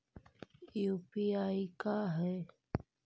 UPI का है?